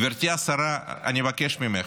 גברתי השרה, אני מבקש ממך,